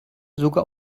sogar